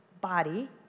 body